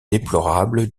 déplorable